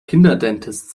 kinderdentist